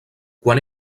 quan